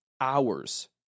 hours